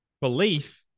belief